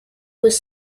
was